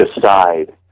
decide